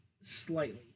slightly